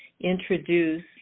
introduce